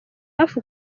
hafi